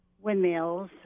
windmills